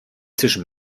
zwischen